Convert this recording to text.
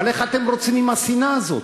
אבל איך אתם רוצים עם השנאה הזאת?